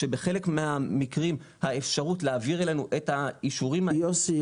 שבחלק מהמקרים האפשרות להעביר אלינו את האישורים --- יוסי,